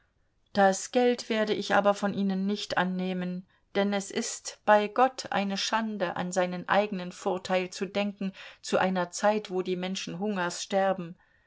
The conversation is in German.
das geld werde ich aber von ihnen nicht annehmen denn es ist bei gott eine schande an seinen eigenen vorteil zu denken zu einer zeit wo die menschen hungers sterben